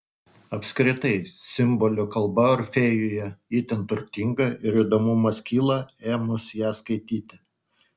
apskritai simbolių kalba orfėjuje itin turtinga ir įdomumas kyla ėmus ją skaityti